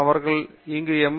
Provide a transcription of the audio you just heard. அவர்கள் இங்கு M